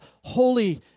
holy